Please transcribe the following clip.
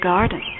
Garden